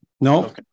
no